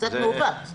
זה מעוות.